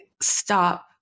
stop